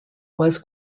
was